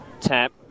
tap